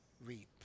reap